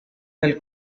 del